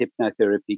hypnotherapy